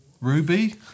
Ruby